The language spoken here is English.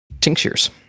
Tinctures